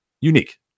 unique